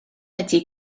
ydy